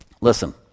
Listen